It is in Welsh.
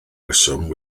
reswm